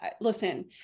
listen